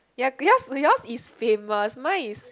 ya yours yours is famous mine is